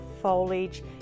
foliage